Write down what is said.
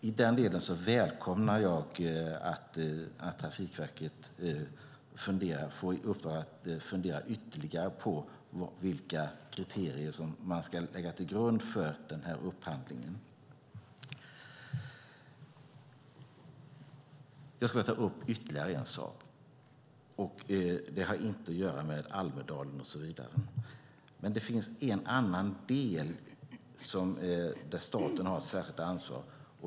I den delen välkomnar jag att Trafikverket får i uppdrag att fundera ytterligare på vilka kriterier man ska lägga till grund för upphandlingen. Jag skulle vilja ta upp ytterligare en sak. Det har inte att göra med Almedalen. Det finns en annan del där staten har ett särskilt ansvar.